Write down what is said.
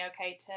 okay